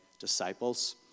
disciples